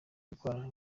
gukorana